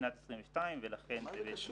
משנת 2022. מה זה קשור?